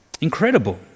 Incredible